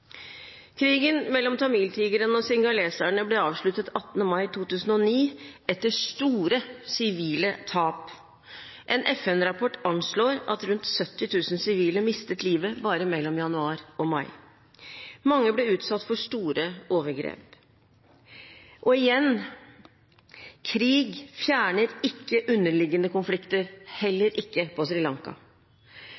Krigen mellom tamiltigrene og singaleserne ble avsluttet 18. mai 2009, etter store sivile tap. En FN-rapport anslår at rundt 70 000 sivile mistet livet bare mellom januar og mai. Mange ble utsatt for store overgrep. Og igjen: Krig fjerner ikke underliggende konflikter,